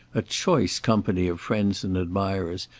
a choice company of friends and admirers,